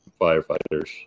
firefighters